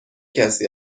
کسی